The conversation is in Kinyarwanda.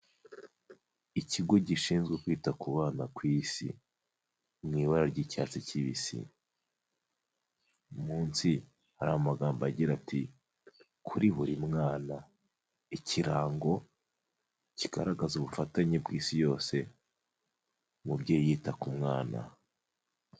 Ikigo gishinzwe kwita ku bana ku Isi mu ibara ry'icyatsi kibisi, munsi hari amagambo agira ati: "Kuri buri mwana." Ikirango kigaragaza ubufatanye bw'isi yose umubyeyi yita ku mwana.